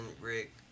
Rick